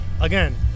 again